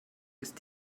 ist